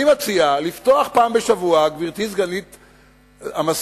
אני מציע לפתוח פעם בשבוע, גברתי סגנית המזכיר,